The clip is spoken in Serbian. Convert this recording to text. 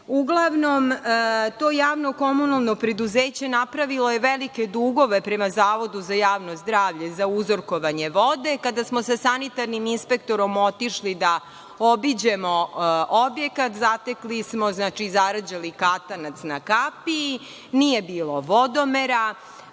odgovore. Uglavnom, to javno komunalno preduzeće napravilo je velike dugove prema Zavodu za javno zdravlje za uzorkovanje vode. Kada smo sa sanitarnim inspektorom otišli da obiđemo objekat, zatekli smo zarđali katanac na kapiji, nije bilo vodomera,